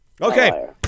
Okay